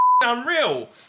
unreal